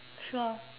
sure